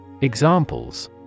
Examples